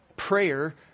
Prayer